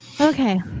Okay